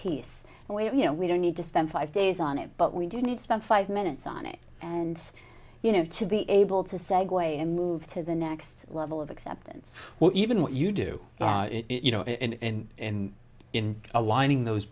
piece and we have you know we don't need to spend five days on it but we do need to spend five minutes on it and you know to be able to segue and move to the next level of acceptance well even what you do it you know in in in aligning those